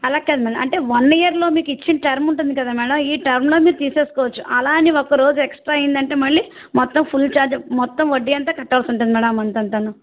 అలా కాదు మేడం అంటే వన్ ఇయర్లో మీకు ఇచ్చిన టర్మ్ ఉంటుంది కదా మేడం ఈ టర్మ్లో మీరు తీర్చేసుకోవచ్చు అలా అని ఒక రోజు ఎక్స్ట్రా అయ్యింది అంటే మళ్ళీ మొత్తం ఫుల్ ఛార్జ్ మొత్తం వడ్డీ అంతా కట్టాల్సి ఉంటుంది మేడం ఆ మంత్ అంతాను